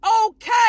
okay